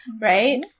right